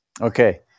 okay